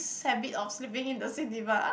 habit of sleeping in the cinema